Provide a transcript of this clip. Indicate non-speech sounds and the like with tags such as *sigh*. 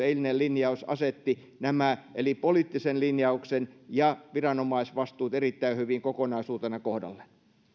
*unintelligible* eilinen linjaus asetti nämä poliittisen linjauksen ja viranomaisvastuut erittäin hyvin kokonaisuutena kohdalleen